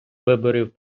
виборів